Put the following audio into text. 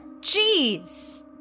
Jeez